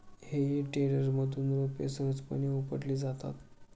हेई टेडरमधून रोपे सहजपणे उपटली जातात